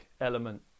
element